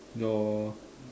no